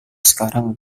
sekarang